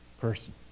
person